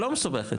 נוספת.